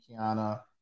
Kiana